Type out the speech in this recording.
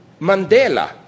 Mandela